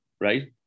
right